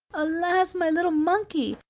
alas! my little monkey,